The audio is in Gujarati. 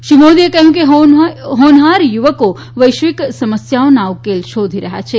શ્રી મોદીએ કહ્યું કે હોનહાર યુવકો વૈશ્વિક સમસ્યાઓના ઉકેલ શોધી રહ્યાં છે